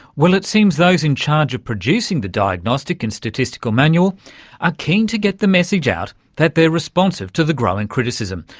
well, it seems those in charge of producing the diagnostic and statistical manual are keen to get the message out that they're responsive to the growing criticism,